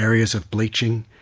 areas of bleaching,